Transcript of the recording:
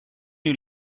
you